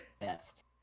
best